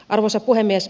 arvoisa puhemies